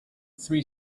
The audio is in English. three